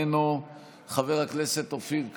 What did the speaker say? חבר הכנסת מתן כהנא, איננו, חבר הכנסת אופיר כץ,